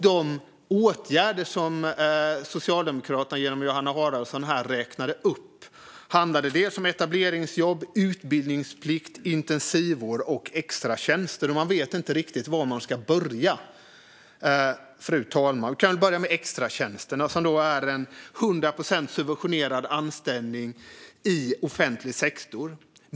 De åtgärder som Socialdemokraterna genom Johanna Haraldsson räknade upp handlade om etableringsjobb, utbildningsplikt, intensivvård och extratjänster. Jag vet inte riktigt var jag ska börja, fru talman, men vi kan börja med extratjänsterna. Det är en hundraprocentigt subventionerad anställning i offentlig sektor.